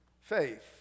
faith